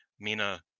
Mina